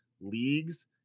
leagues